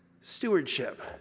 stewardship